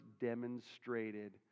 demonstrated